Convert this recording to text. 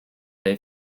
they